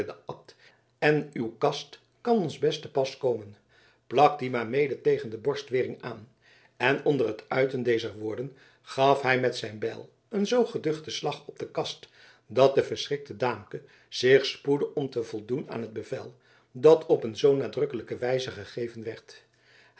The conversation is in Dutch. en uw kast kan ons best te pas komen plak die maar mede tegen de borstwering aan en onder het uiten dezer woorden gaf hij met zijn bijl een zoo geduchten slag op de kast dat de verschrikte daamke zich spoedde om te voldoen aan een bevel dat op een zoo nadrukkelijke wijze gegeven werd